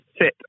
sit